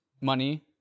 money